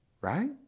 right